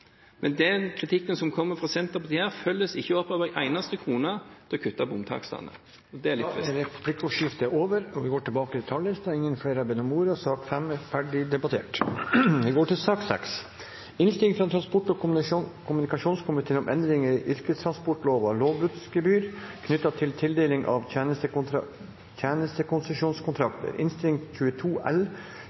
Men den kritikken som kommer fra Senterpartiet her, følges ikke opp av en eneste krone til å kutte bomtakstene. Det er litt trist. Replikkordskiftet er omme. Flere har ikke bedt om ordet til sak nr. 5. Etter ønske fra transport- og kommunikasjonskomiteen vil presidenten foreslå at taletiden blir begrenset til 5 minutter til hver partigruppe og